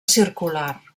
circular